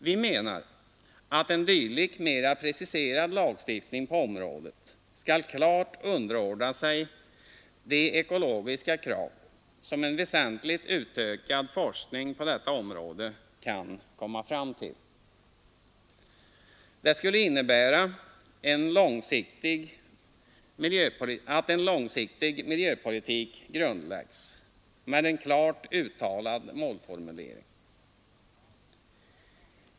Vi menar att en dylik mera preciserad lagstiftning på området skall klart underordna sig de ekologiska krav som en väsentligt utökad forskning på detta område kan komma fram till. Det skulle innebära att en långsiktig miljöpolitik grundläggs med en klart uttalad målformulering.